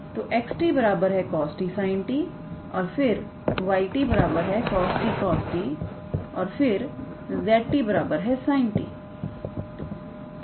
तो x cos 𝑡 sin 𝑡 और फिर 𝑦𝑡 cos 𝑡 cos 𝑡 और फिर 𝑧𝑡 sin 𝑡